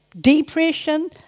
depression